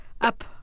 up